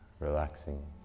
Relaxing